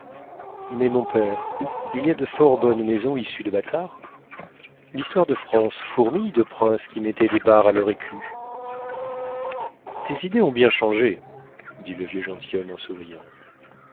mais mon père il y a de fort bonnes maisons issues de bâtards l'histoire de france fourmille de princes qui mettaient des barres à leur écu tes idées ont bien changé dit le vieux gentilhomme en souriant